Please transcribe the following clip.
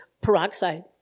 peroxide